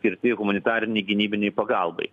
skirti humanitariei gynybinei pagalbai